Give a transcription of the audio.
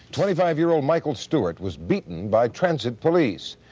twenty five year old michael stewart was beaten by transit police.